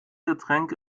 getränk